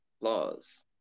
laws